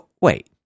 Wait